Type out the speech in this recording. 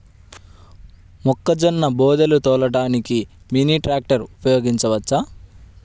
మొక్కజొన్న బోదెలు తోలడానికి మినీ ట్రాక్టర్ ఉపయోగించవచ్చా?